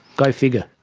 go figure.